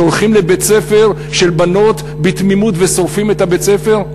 שהולכים לבית-ספר של בנות בתמימות ושורפים את בית-הספר?